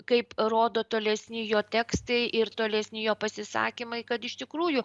kaip rodo tolesni jo tekstai ir tolesni jo pasisakymai kad iš tikrųjų